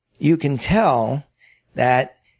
you can tell that